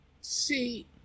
see